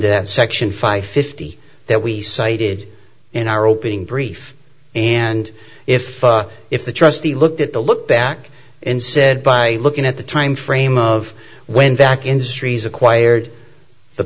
r section five fifty that we cited in our opening brief and if if the trustee looked at the look back and said by looking at the time frame of went back in streets acquired the